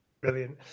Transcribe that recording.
Brilliant